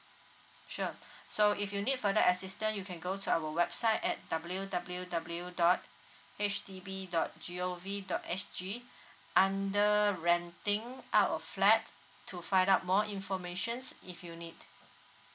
sure so if you need further assistance you can go to our website at W W W dot H D B dot G_O_V dot S_G under renting out of flat to find out more information if you need